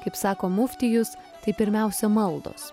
kaip sako muftijus tai pirmiausia maldos